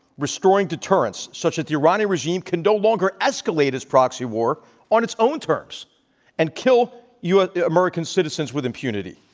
restoring deterrents such that the iranian regime can no longer escalate its proxy war on its own turfs and kill ah american citizens with impunity.